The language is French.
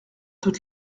toute